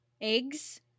eggs